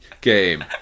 game